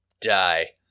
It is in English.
die